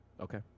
Okay